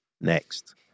next